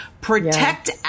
protect